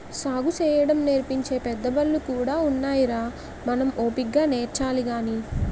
సాగుసేయడం నేర్పించే పెద్దబళ్ళు కూడా ఉన్నాయిరా మనం ఓపిగ్గా నేర్చాలి గాని